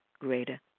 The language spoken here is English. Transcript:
greater